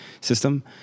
system